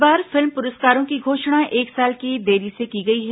इस बार फिल्म पुरस्कारों की घोषणा एक साल की देरी से की गई है